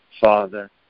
Father